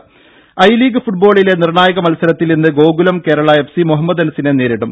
ദ്ദേ I league ഫുട്ബോളിലെ നിർണായക മത്സരത്തിൽ ഇന്ന് ഗോകുലം കേരള എഫ് സി മുഹമ്മദൻസിനെ നേരിടും